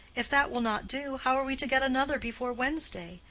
if that will not do, how are we to get another before wednesday?